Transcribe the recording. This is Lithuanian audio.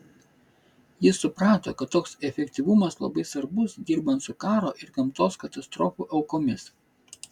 jis suprato kad toks efektyvumas labai svarbus dirbant su karo ir gamtos katastrofų aukomis